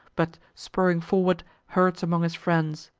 but, spurring forward, herds among his friends.